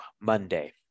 Monday